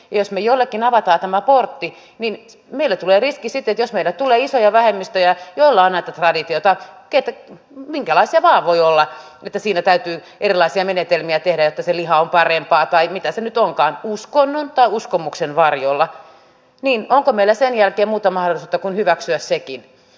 jos me jollekin avaamme tämän portin niin meille tulee riski sitten että jos meille tulee isoja vähemmistöjä joilla on näitä traditioita minkälaisia vain voi olla että täytyy erilaisia menetelmiä tehdä jotta se liha on parempaa tai mitä se nyt onkaan uskonnon tai uskomuksen varjolla niin meillä ei ole sen jälkeen muuta mahdollisuutta kuin hyväksyä sekin